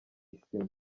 isima